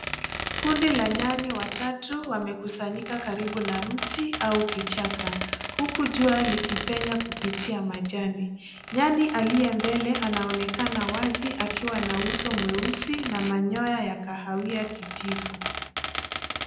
Kundi la nyani watatu wamekusanyika karibu na mti au kichaka huku jua likipenya kupitia majani . Nyani aliyembele anaonekana wazi akiwa na uso mweusi na manyoya ya kahawia kijivu.